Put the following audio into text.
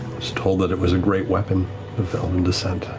was told that it was a great weapon of elven descent.